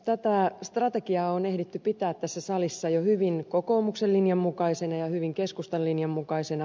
tätä strategiaa on ehditty pitää tässä salissa jo hyvin kokoomuksen linjan mukaisena ja hyvin keskustan linjan mukaisena